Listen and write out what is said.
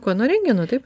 ko nuo rentgeno taip